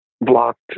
blocked